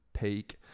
peak